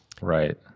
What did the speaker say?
right